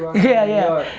yeah, yeah.